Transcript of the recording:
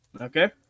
Okay